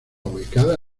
ubicada